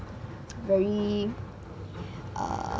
very err